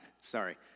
sorry